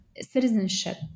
citizenship